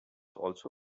also